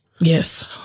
Yes